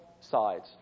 sides